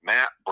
Matt